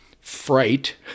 fright